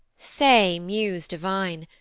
say, muse divine,